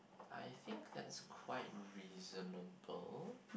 I think that's quite reasonable